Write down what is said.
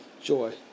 joy